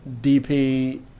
DP